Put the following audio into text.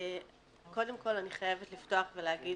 קודם כול, אני חייבת לפתוח ולהגיד